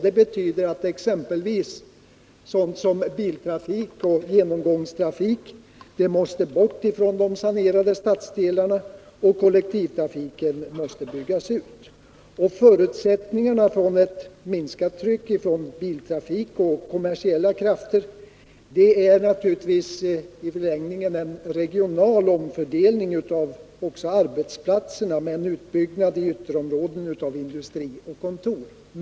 Det innebär att exempelvis sådant som biltrafik och genomgångstrafik måste bort från de sanerade stadsdelarna och kollektivtrafiken måste byggas ut. Förutsättningarna för ett minskat tryck från biltrafik och kommersiella krafter är naturligtvis i förlängningen en regional omfördelning även av arbetsplatserna med en utbyggnad av industri och kontor i ytterområdena.